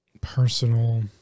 personal